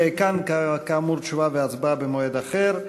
כאמור, תשובה והצבעה במועד אחר.